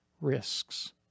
risks